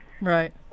Right